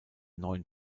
neuen